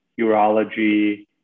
urology